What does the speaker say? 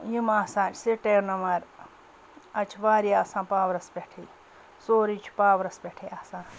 یِم آسان سِٹیٚنمر اَتہِ چھِ واریاہ آسان پاورَس پٮ۪ٹھٕے سورُے چھُ پاورَس پٮ۪ٹھٕے آسان